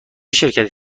شرکتی